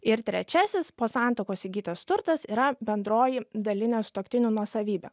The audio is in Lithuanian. ir trečiasis po santuokos įgytas turtas yra bendroji dalinė sutuoktinių nuosavybė